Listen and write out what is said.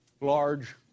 large